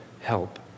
help